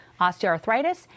osteoarthritis